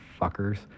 fuckers